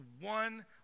one